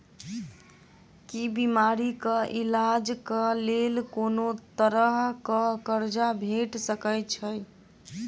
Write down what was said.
की बीमारी कऽ इलाज कऽ लेल कोनो तरह कऽ कर्जा भेट सकय छई?